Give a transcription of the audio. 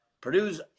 Purdue's